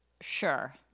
Sure